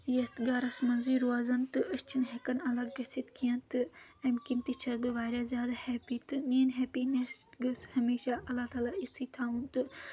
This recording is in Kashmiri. یَتھ گرس منٛزٕے روزان تہٕ أسۍ چھِنہٕ ہیٚکان الگ گٔژھِتھ کینٛہہ تہٕ اَمہِ کِنۍ تہِ چھَس بہٕ واریاہ زیادٕ ہیٚپی تہٕ میٲنۍ ہیٚپِنؠس گٔژھ ہمیشہ اللہ تعالیٰ یِژھٕے تھاوُن تہٕ